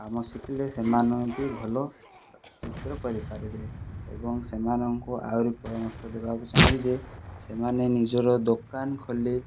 କାମ ଶିଖିଲେ ସେମାନେ ବି ଭଲ ଚିତ୍ର କରି ପାରିବେ ଏବଂ ସେମାନଙ୍କୁ ଆହୁରି ପରାମର୍ଶ ଦେବାକୁ ଚାହିଁବି ଯେ ସେମାନେ ନିଜର ଦୋକାନ ଖୋଲି